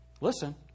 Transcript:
Listen